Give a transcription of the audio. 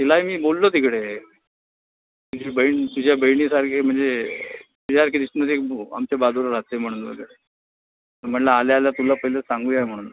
तिलाही मी बोललो तिकडे तुझी बहीण तुझ्या बहिणीसारखी म्हणजे तिच्यासारखी दिसणारी एक मु आमच्या बाजूला राहते म्हणून वगैरे तर म्हणलं आल्या आल्या तुला पहिलं सांगूया म्हणून